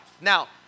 Now